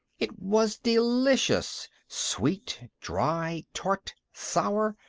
it was delicious sweet, dry, tart, sour,